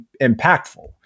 impactful